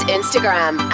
Instagram